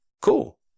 Cool